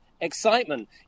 excitement